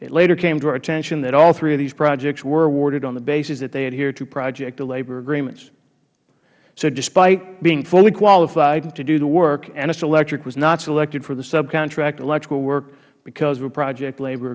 it later came to our attention that all three of these projects were awarded on the basis that they adhered to project labor agreements so despite being fully qualified to do the work ennis electric was not selected for the subcontract electrical work because of a project labor